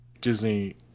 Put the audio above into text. Disney